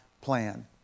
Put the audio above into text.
plan